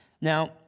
Now